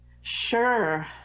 Sure